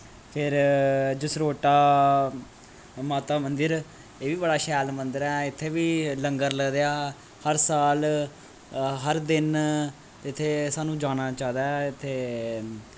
फिर जसरोटा माता मंदर एह् बी बड़ा शैल मन्दर ऐ इत्थें बी लंगर लगदे हर साल हर दिन ते इत्थें सानूं जाना चाहिदा ऐ इत्थे